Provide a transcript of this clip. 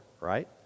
Right